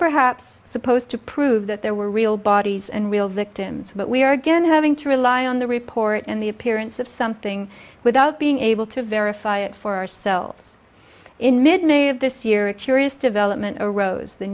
perhaps supposed to prove that there were real bodies and real victims but we are again having to rely on the report and the appearance of something without being able to verify it for ourselves in mid may of this year a curious development arose the